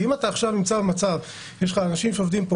אם אתה עכשיו נמצא במצב ויש לך כאן אנשים שעובדים,